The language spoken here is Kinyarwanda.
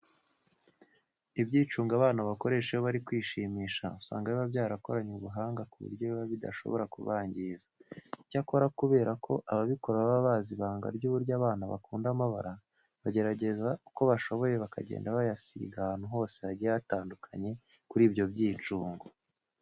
Ibyicungo abana bakoresha iyo bari kwishimisha usanga biba byarakoranwe ubuhanga ku buryo biba bidashobora kubangiza. Icyakora kubera ko ababikora baba bazi ibanga ry'uburyo abana bakunda amabara, bagerageza uko bashoboye bakagenda bayasiga ahantu hagiye hatandukanye kuri ibyo byicungo.